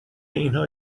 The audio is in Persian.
اینها